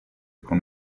con